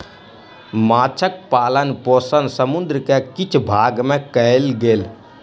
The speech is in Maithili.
माँछक पालन पोषण समुद्र के किछ भाग में कयल गेल